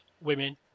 women